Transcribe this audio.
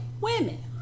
women